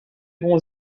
bon